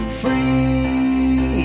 free